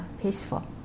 peaceful